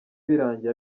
birangiye